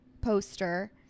poster